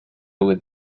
with